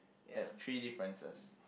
that's three differences